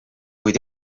kuid